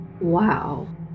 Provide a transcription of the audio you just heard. Wow